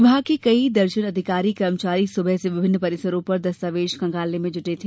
विभाग के कई दर्जन अधिकारी कर्मचारी सुबह से विभिन्न परिसरों पर दस्तावेज खंगालने में जुटे हैं